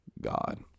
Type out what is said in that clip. God